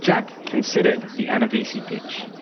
jack considered the anna vissi pitch.